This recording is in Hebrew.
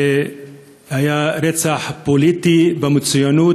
זה היה רצח פוליטי ראוי לציון,